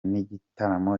n’igitaramo